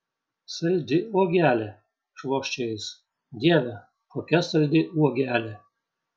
saldi uogelė švokščia jis dieve kokia saldi uogelė